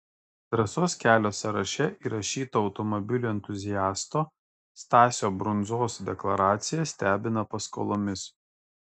drąsos kelio sąraše įrašyto automobilių entuziasto stasio brundzos deklaracija stebina paskolomis